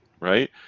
Right